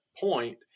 point